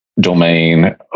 domain